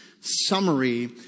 summary